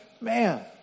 man